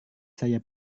saya